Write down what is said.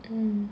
mm